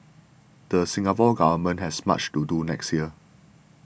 the Singapore Government has much to do next year